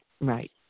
Right